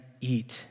eat